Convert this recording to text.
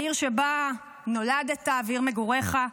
העיר שבה נולדת ועיר מגוריך,